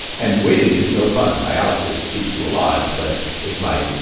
and waiting is no fun. dialysis keeps you alive, but it might